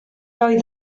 oedd